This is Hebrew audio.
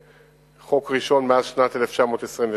חוק ראשון מאז שנת 1927,